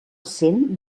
cent